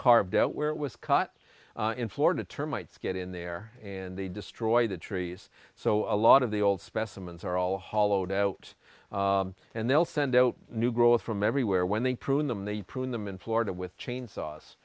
carved out where it was cut in florida termites get in there and they destroy the trees so a lot of the old specimens are all hollowed out and they'll send out new growth from everywhere when they prune them they prune them in florida with chainsa